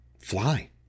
fly